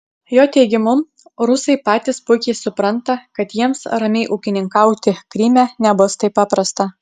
jo teigimu rusai patys puikiai supranta kad jiems ramiai ūkininkauti kryme nebus taip paprasta